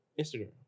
Instagram